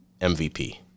MVP